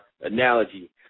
analogy